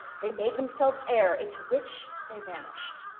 they made themselves air, into which they vanished.